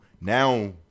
Now